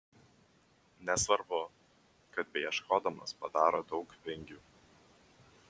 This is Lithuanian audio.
nesvarbu kad beieškodamas padaro daug vingių